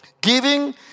Giving